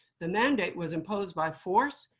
the mandate was imposed by force.